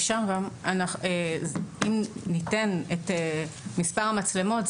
אם ניתן את מספר המצלמות,